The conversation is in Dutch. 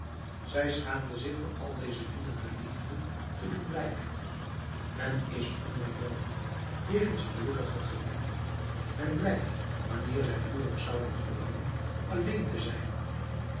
zij schaamde zich voor al deze lieden haar liefde te doen blijken men is onmeedoogend jegens gelukkige gelieven men blijft wanneer zij vurig zouden verlangen alleen te zijn